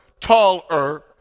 taller